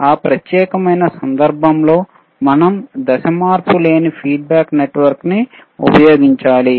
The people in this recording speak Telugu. ఆ ప్రత్యేకమైన సందర్భంలో మనం దశ మార్పులేని ఫీడ్ బ్యాక్ నెట్ వర్క్ ని ఉపయోగించాలి